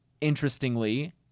interestingly